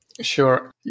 Sure